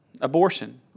abortion